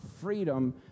freedom